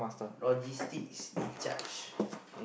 logistics in charge